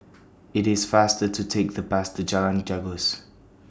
IT IS faster to Take The Bus to Jalan